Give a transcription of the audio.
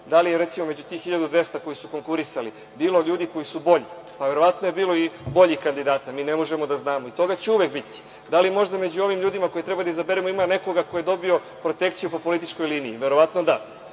da li je recimo, među tih 1.200 koji su konkurisali bilo ljudi koji su bolji? Pa, verovatno je bilo i boljih kandidata mi ne možemo da znamo i toga će uvek biti. Da li možda među ovim ljudima koje treba da izaberemo ima nekoga ko je dobio protekciju po političkoj liniji? Verovatno, da.